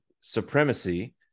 supremacy